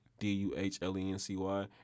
D-U-H-L-E-N-C-Y